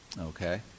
Okay